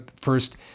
First